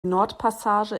nordpassage